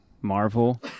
Marvel